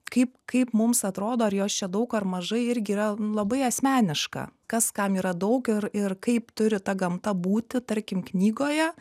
kaip kaip mums atrodo ar jos čia daug ar mažai irgi yra labai asmeniška kas kam yra daug ir ir kaip turi ta gamtą būti tarkim knygoje